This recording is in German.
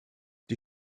die